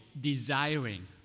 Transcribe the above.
desiring